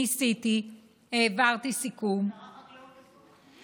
ניסיתי, העברתי סיכום, שר החקלאות עסוק עכשיו.